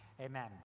Amen